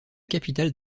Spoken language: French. capitale